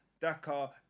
Dakar